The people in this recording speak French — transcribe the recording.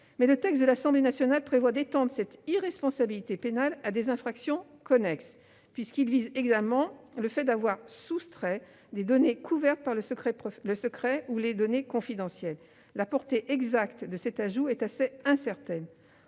Le texte de l'Assemblée nationale prévoit d'étendre cette irresponsabilité pénale à des infractions connexes, puisqu'il vise également le fait d'avoir « soustrait » des données couvertes par le secret ou des données confidentielles. La portée exacte de cet ajout est assez incertaine.